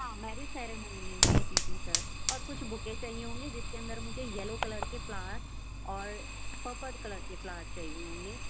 ہاں marriage ceremony ہے جی جی جی سر اور کچھ بقعے چاہیے ہوں گے جِس کے اندر مجھے یلو کلر کے فلاور اور پرپل کلر کے فلاور چاہیے ہوں گے